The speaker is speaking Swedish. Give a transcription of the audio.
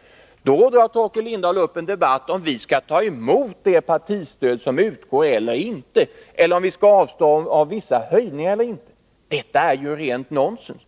— drar Torkel Lindahl upp en debatt om huruvida vi skall ta emot det partistöd som utgår eller inte, om vi skall avstå från vissa höjningar eller inte. Detta är rent nonsens.